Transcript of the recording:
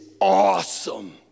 awesome